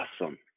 awesome